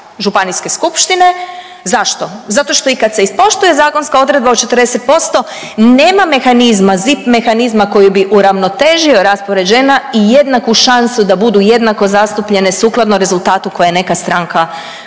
županijske skupštine. Zašto? Zato što i kad se ispoštuje zakonska odredba od 40%, nema mehanizma, zip mehanizma koji bi uravnotežio raspored žena i jednaku šansu da budu jednako zastupljene sukladno rezultatu koji je neka stranka